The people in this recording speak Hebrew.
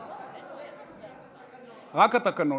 אתה צודק מבחינת התקנון, רק התקנון.